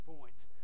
points